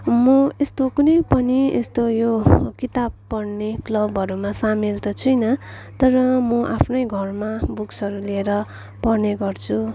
म यस्तो कुनै पनि यस्तो यो किताब पढ्ने क्लबहरूमा सामेल त छुइनँ तर म आफ्नै घरमा बुक्सहरू लिएर पढ्ने गर्छु